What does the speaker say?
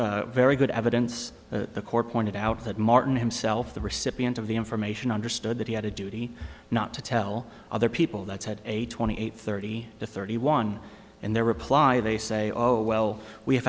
have very good evidence the core pointed out that martin himself the recipient of the information understood that he had a duty not to tell other people that's had a twenty eight thirty to thirty one in their reply they say oh well we ha